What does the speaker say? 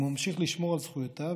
אם הוא ממשיך לשמור על זכויותיו,